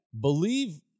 believe